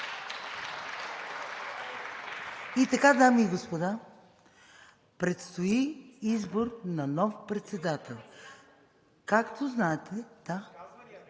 Дами и господа, предстои избор на нов председател. Както знаете...